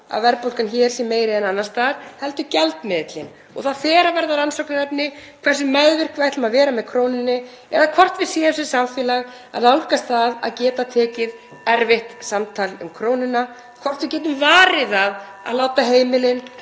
að verðbólgan hér sé meiri en annars staðar heldur gjaldmiðillinn. Það fer að verða rannsóknarefni hversu meðvirk við ætlum að vera með krónunni eða hvort við séum sem samfélag að nálgast það að geta tekið erfitt samtal um krónuna, (Forseti hringir.) hvort við getum varið það að láta heimilin